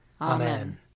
Amen